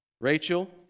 Rachel